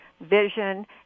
vision